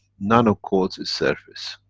nano-coats its surface